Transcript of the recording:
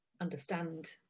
understand